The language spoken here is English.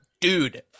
Dude